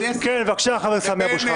כן, בבקשה, חבר הכנסת סמי אבו שחאדה.